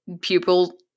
pupil